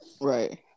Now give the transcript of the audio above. right